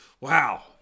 Wow